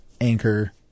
anchor